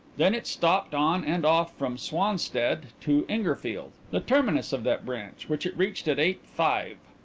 then it stopped on and off from swanstead to ingerfield, the terminus of that branch, which it reached at eight-five.